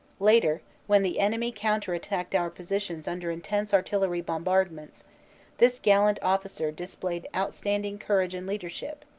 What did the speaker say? later, when the enemy counter-attacked our positions under intense artillery bombardments this gallant officer displayed outstand ing courage and leadershi p,